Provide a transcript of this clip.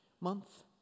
month